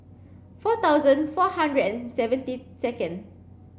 four thousand four hundred and seventy second